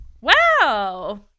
wow